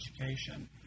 education